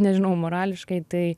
nežinau morališkai tai